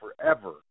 forever